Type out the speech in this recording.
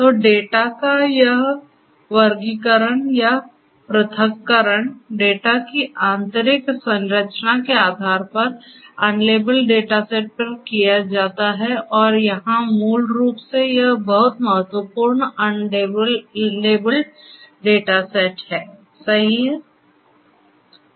तो डेटा का यह वर्गीकरण या पृथक्करण डेटा की आंतरिक संरचना के आधार पर अनलेबल्ड डेटा सेट पर किया जाता है और यहां मूल रूप से यह बहुत महत्वपूर्ण अनलेबल्ड डेटा सेट सही है